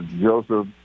Joseph